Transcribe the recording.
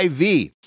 IV